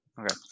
Okay